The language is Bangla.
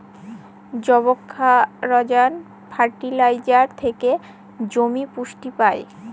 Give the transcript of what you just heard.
যবক্ষারজান ফার্টিলাইজার থেকে জমি পুষ্টি পায়